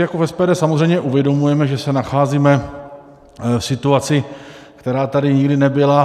My si v SPD samozřejmě uvědomujeme, že se nacházíme v situaci, která tady nikdy nebyla.